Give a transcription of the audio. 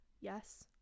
yes